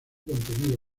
contenido